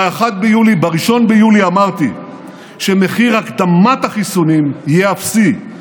ב-1 ביולי אמרתי שמחיר הקדמת החיסונים יהיה אפסי,